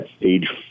age